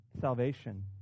salvation